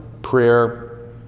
prayer